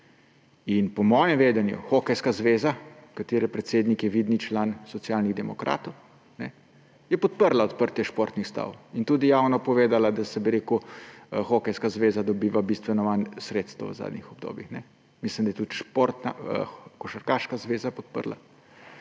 In po mojem vedenju Hokejska zveza Slovenije, katere predsednik je vidni član Socialnih demokratov, je podprla odprtje športnih stav in tudi javno povedala, da Hokejska zveza dobiva bistveno manj sredstev v zadnjih obdobjih. Mislim, da je tudi Košarkarska zveza podprla,